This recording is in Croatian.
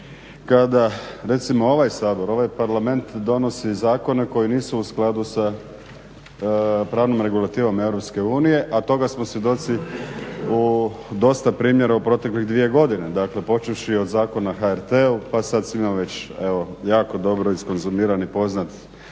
kada recimo ovaj Sabor, ovaj Parlament donosi zakone koji nisu u skladu sa pravnom regulativom EU, a toga smo svjedoci u dosta primjera u proteklih dvije godine. Dakle, počevši od Zakona o HRT-u pa sad svima već evo jako dobro iskonzumiran i poznat